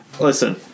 Listen